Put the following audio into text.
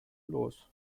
los